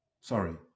Sorry